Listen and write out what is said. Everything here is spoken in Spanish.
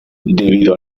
debido